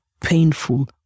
painful